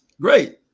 great